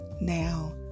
now